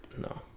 No